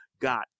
got